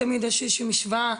יש איזו משוואה,